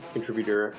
contributor